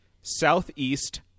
Southeast